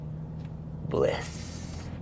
Bliss